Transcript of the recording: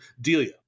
Delia